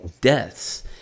deaths